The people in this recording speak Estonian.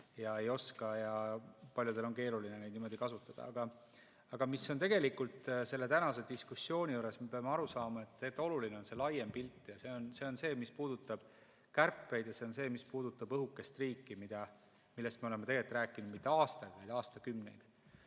ja ei oska ning paljudel on keeruline neid kasutada. Aga tegelikult selle tänase diskussiooni juures me peame aru saama, et oluline on laiem pilt. See on see, mis puudutab kärpeid, ja see on see, mis puudutab õhukest riiki, millest me oleme rääkinud mitte aastaid, vaid aastakümneid.